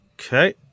Okay